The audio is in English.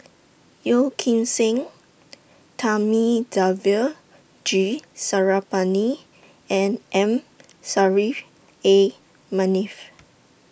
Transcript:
Yeo Kim Seng Thamizhavel G and M A Manaf